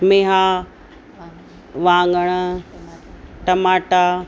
मेहा वाङण टमाटा